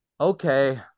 Okay